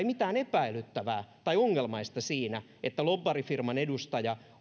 mitään epäilyttävää tai ongelmallista siinä että lobbarifirman edustaja